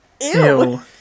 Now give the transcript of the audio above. Ew